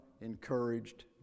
encouraged